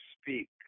speak